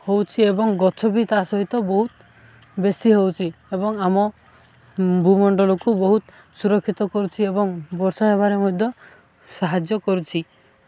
ହେଉଛି ଏବଂ ଗଛ ବି ତା' ସହିତ ବହୁତ ବେଶୀ ହେଉଛି ଏବଂ ଆମ ଭୂମଣ୍ଡଳକୁ ବହୁତ ସୁରକ୍ଷିତ କରୁଛିି ଏବଂ ବର୍ଷା ହେବାରେ ମଧ୍ୟ ସାହାଯ୍ୟ କରୁଛି